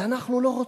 ואנחנו לא רוצים.